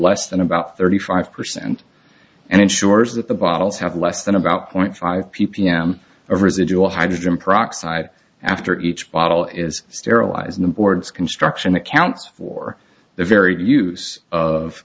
less than about thirty five percent and ensures that the bottles have less than about point five ppm of residual hydrogen peroxide after each bottle is sterilized the board's construction accounts for the very use of